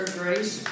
grace